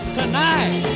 tonight